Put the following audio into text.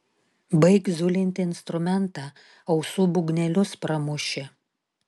baik zulinti instrumentą ausų būgnelius pramuši